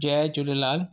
Jay Jhulelal